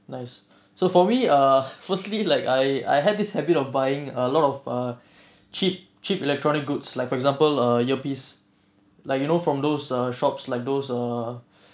nice so for me uh firstly like I I had this habit of buying a lot of uh cheap cheap electronic goods like for example err earpiece like you know from those uh shops like those err